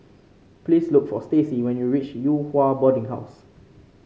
please look for Stacey when you reach Yew Hua Boarding House